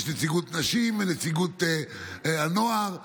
יש נציגות נשים ונציגות הנוער וכו'